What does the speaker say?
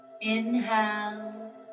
inhale